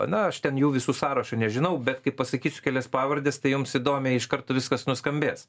na aš ten jų visų sąrašo nežinau bet kai pasakysiu kelias pavardes tai jums įdomiai iš karto viskas nuskambės